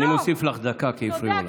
אני מוסיף לך דקה, כי הפריעו לך.